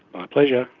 my pleasure,